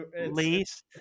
lease